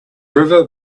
river